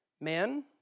men